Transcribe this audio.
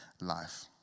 life